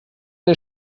der